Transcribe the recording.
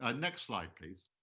ah next slide, please.